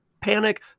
panic